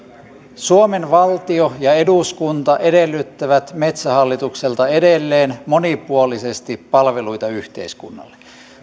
suomen valtio ja eduskunta edellyttävät metsähallitukselta edelleen monipuolisesti palveluita yhteiskunnalle